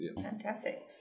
Fantastic